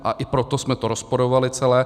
A i proto jsme to rozporovali celé.